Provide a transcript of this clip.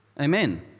Amen